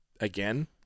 Again